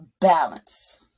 balance